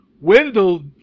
Wendell